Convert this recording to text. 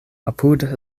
apud